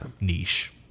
Niche